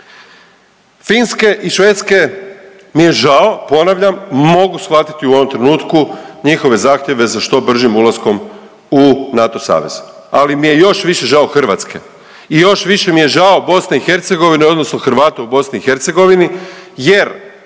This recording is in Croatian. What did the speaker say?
Finske i Švedske mi je žao. Ponavljam, mogu shvatiti u ovom trenutku njihove zahtjeve za što bržim ulaskom u NATO savez. Ali mi je još više žao Hrvatske i još više mi je žao BiH odnosno Hrvata u BiH jer